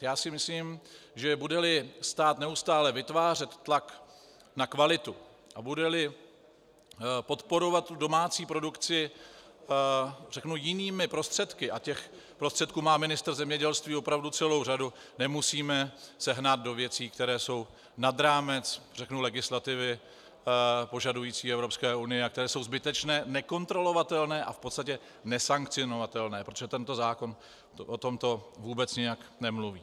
Já si myslím, že budeli stát neustále vytvářet tlak na kvalitu a budeli podporovat domácí produkci jinými prostředky, a těch prostředků má ministr zemědělství opravdu celou řadu, nemusíme se hnát do věcí, které jsou nad rámec, řeknu, legislativy požadující Evropské unie a které jsou zbytečné, nekontrolovatelné a v podstatě nesankcionovatelné, protože tento zákon o tomto vůbec nijak nemluví.